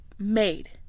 made